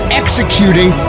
executing